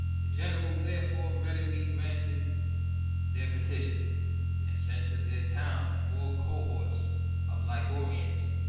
the general, therefore, readily granted their petition, and sent to their town four cohorts of ligurians,